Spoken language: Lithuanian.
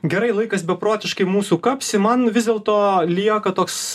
gerai laikas beprotiškai mūsų kapsi man vis dėlto lieka toks